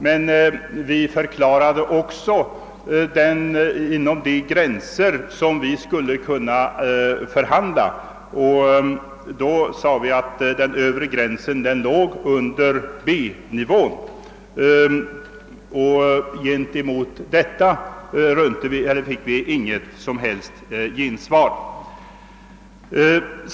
Men vi angav också de gränser inom vilka vi skulle kunna förhandla och uttalade, att den övre gränsen härför låg under B-nivån. På detta ståndpunktstagande fick vi inget som helst gensvar.